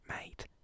mate